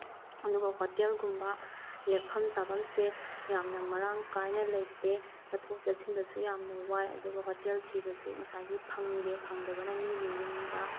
ꯑꯗꯨꯒ ꯍꯣꯇꯦꯜꯒꯨꯝꯕ ꯂꯦꯛꯐꯝ ꯆꯥꯕꯝꯁꯦ ꯌꯥꯝꯅ ꯃꯔꯥꯡ ꯀꯥꯏꯅ ꯂꯩꯇꯦ ꯆꯠꯊꯣꯛ ꯆꯠꯁꯤꯟꯗꯁꯨ ꯌꯥꯝꯅ ꯋꯥꯏ ꯑꯗꯨꯒ ꯍꯣꯇꯦꯜ ꯊꯤꯕꯁꯨ ꯉꯁꯥꯏꯒꯤ ꯐꯪꯗꯦ ꯐꯪꯗꯕꯅ ꯃꯤꯒꯤ ꯌꯨꯝꯗ